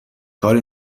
کاری